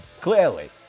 Clearly